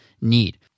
need